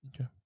Okay